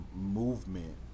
movement